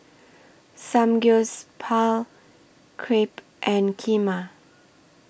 Samgyeopsal Crepe and Kheema